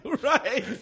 Right